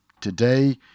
Today